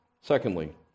Secondly